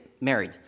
married